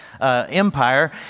empire